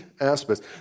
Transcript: aspects